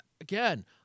Again